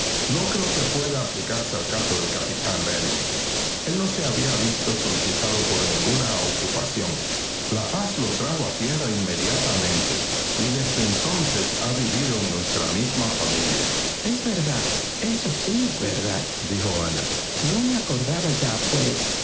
no creo que pueda aplicarse al caso del capitán benwick el no se había visto solicitado por ninguna ocupación la paz lo trajo a tierra inmediatamente y desde entonces ha vivido en nuestra misma familia es verdad es verdaddijo ana no me acordaba ya pues